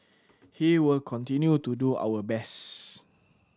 he will continue to do our best